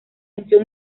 función